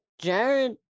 Jared